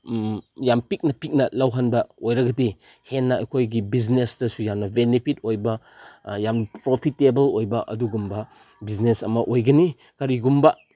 ꯌꯥꯝ ꯄꯤꯛꯅ ꯄꯤꯛꯅ ꯂꯧꯍꯟꯕ ꯑꯣꯏꯔꯒꯗꯤ ꯍꯦꯟꯅ ꯑꯩꯈꯣꯏꯒꯤ ꯕꯤꯖꯤꯅꯦꯁꯇꯁꯨ ꯌꯥꯝꯅ ꯕꯤꯅꯤꯐꯤꯠ ꯑꯣꯏꯕ ꯌꯥꯝ ꯄ꯭ꯔꯣꯐꯤꯇꯦꯕꯜ ꯑꯣꯏꯕ ꯑꯗꯨꯒꯨꯝꯕ ꯕꯤꯖꯤꯅꯦꯁ ꯑꯃ ꯑꯣꯏꯒꯅꯤ ꯀꯔꯤꯒꯨꯝꯕ